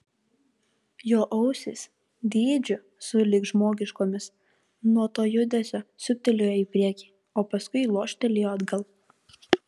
jo ausys dydžiu sulig žmogiškomis nuo to judesio siūbtelėjo į priekį o paskui loštelėjo atgal